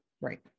Right